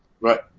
Right